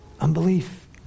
Unbelief